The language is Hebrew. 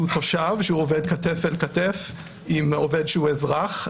תושב שעובד כתף אל כתף עם עובד שהוא אזרח.